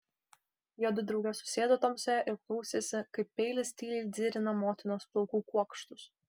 juodu drauge susėdo tamsoje ir klausėsi kaip peilis tyliai dzirina motinos plaukų kuokštus